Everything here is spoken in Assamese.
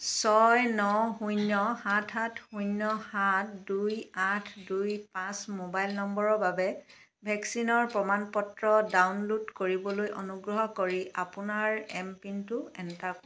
ছয় ন শূন্য সাত সাত শূন্য সাত দুই আঠ দুই পাঁচ মোবাইল নম্বৰৰ বাবে ভেকচিনৰ প্ৰমাণ পত্ৰ ডাউনলোড কৰিবলৈ অনুগ্ৰহ কৰি আপোনাৰ এমপিনটো এণ্টাৰ কৰক